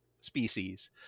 species